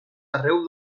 arreu